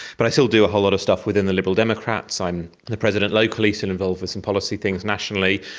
but i still do a whole lot of stuff within the liberal democrats. i'm the president locally, still so and involved with some policy things nationally,